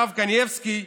הרב קנייבסקי,